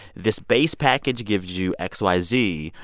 this base package gives you x, y, z,